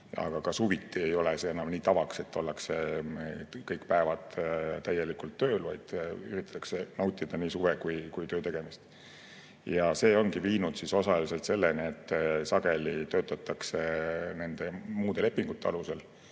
Ka suviti ei ole see enam nii tavaks, et ollakse kõik päevad täielikult tööl, vaid üritatakse nautida nii suve kui ka töötegemist. See ongi viinud osaliselt selleni, et sageli töötatakse nende muude lepingute alusel,